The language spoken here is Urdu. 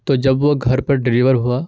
تو جب وہ گھر پر ڈلیور ہوا